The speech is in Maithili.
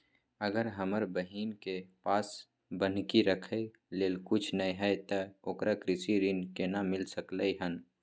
अगर हमर बहिन के पास बन्हकी रखय लेल कुछ नय हय त ओकरा कृषि ऋण केना मिल सकलय हन?